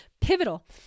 pivotal